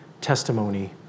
testimony